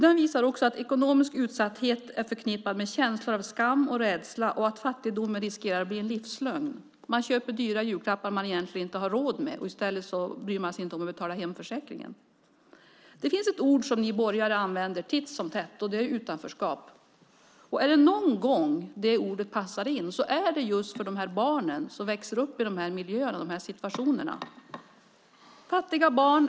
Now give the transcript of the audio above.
Den visar också att ekonomisk utsatthet är förknippad med känslor av skam och rädsla och att fattigdomen riskerar att bli en livslögn. Man köper dyra julklappar som man egentligen inte har råd med. I stället bryr man sig inte om att betala hemförsäkringen. Det finns ett ord som ni borgare använder titt som tätt. Det är utanförskap. Är det någon gång det ordet passar in är det just för barnen som växer upp i de här miljöerna, den här situationen. Det är fattiga barn.